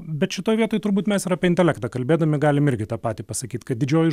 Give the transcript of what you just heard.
bet šitoj vietoj turbūt mes ir apie intelektą kalbėdami galim irgi tą patį pasakyt kad didžioji